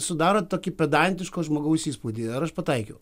sudarot tokį pedantiško žmogaus įspūdį ar aš pataikiau